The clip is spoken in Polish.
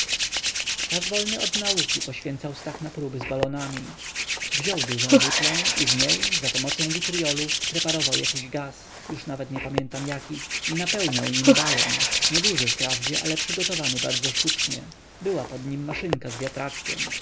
czas wolny od nauki poświęcał stach na próby z balonami wziął dużą butlę i w niej za pomocą witryolu preparował jakiś gaz już nawet nie pamiętam jaki i napełniał nim balon nieduży wprawdzie ale przygotowany bardzo sztucznie była pod nim maszynka z wiatraczkiem